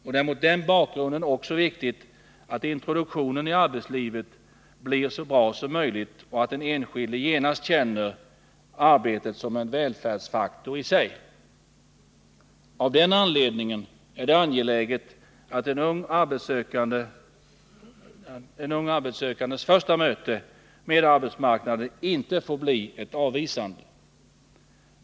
Och det är mot den bakgrunden också viktigt att introduktionen i arbetslivet blir så bra som möjligt och att den enskilde genast känner arbetet som en välfärdsfaktor i sig. Av den anledningen är det angeläget att en ung arbetssökandes första möte med arbetsmarknaden inte blir ett avvisande.